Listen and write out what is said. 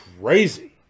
crazy